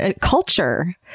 culture